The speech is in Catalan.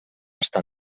estar